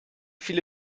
viele